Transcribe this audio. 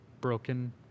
broken